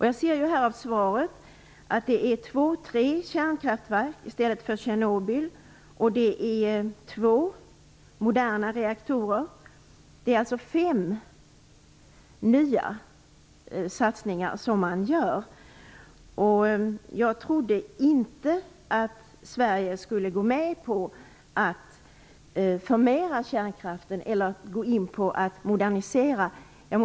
Jag ser av svaret att det gäller två tre kärnkraftverk i stället för Tjernobyl och två moderna reaktorer i Slovakien. Man gör alltså fem nya satsningar. Jag trodde inte att Sverige skulle gå med på att förmera kärnkraften eller gå in på att modernisera.